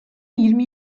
yirmi